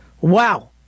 Wow